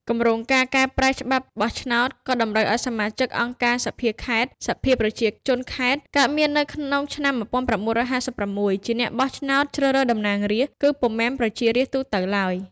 គម្រោងការកែប្រែច្បាប់បោះឆ្នោត ក៏តម្រូវឱ្យសមាជិកអង្គការសភាខេត្ត សភាប្រជាជនខេត្ត កើតមាននៅឆ្នាំ ១៩៥៦ ជាអ្នកបោះឆ្នោតជ្រើសរើសតំណាងរាស្ត្រ គឺពុំមែនប្រជារាស្ត្រទូទៅឡើយ។